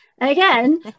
Again